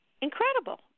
incredible